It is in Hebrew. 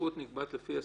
הסמכות נקבעת לפי הסכום.